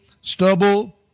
stubble